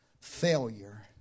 failure